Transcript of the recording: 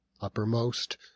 uppermost